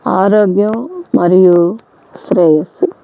ఆరోగ్యం మరియు శ్రేయస్సు